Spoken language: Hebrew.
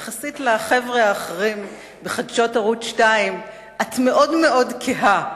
יחסית לחבר'ה האחרים בחדשות ערוץ-2 את מאוד מאוד כהה.